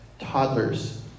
toddlers